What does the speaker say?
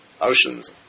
oceans